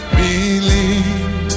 believe